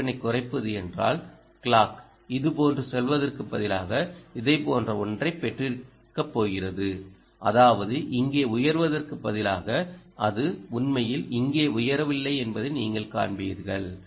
அதிர்வெண்ணைக் குறைப்பது என்றால் க்ளாக் இதுபோன்று செல்வதற்குப் பதிலாகஇதைப் போன்ற ஒன்றை பெற்றிருக்கப்போகிறது அதாவது இங்கே உயர்வதற்கு பதிலாக அது உண்மையில் இங்கே உயரவில்லை என்பதை நீங்கள் காண்பீர்கள்